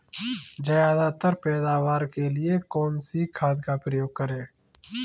ज्यादा पैदावार के लिए कौन सी खाद का प्रयोग करें?